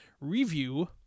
review